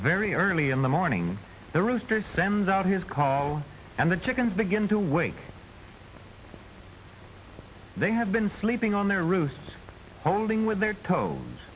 very early in the morning the rooster sends out his call and the chickens begin to wake they have been sleeping on their roofs holding with their toes